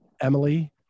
Emily